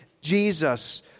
Jesus